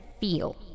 feel